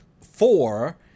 four